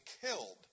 killed